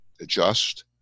adjust